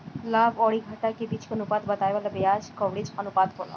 लाभ अउरी घाटा के बीच के अनुपात के बतावे वाला बियाज कवरेज अनुपात होला